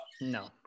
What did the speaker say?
No